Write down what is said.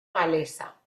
galesa